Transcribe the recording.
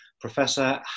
Professor